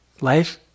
Life